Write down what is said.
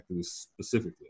specifically